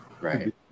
right